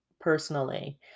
personally